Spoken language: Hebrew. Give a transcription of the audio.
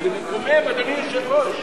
זה מקומם, אדוני היושב-ראש.